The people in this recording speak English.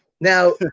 Now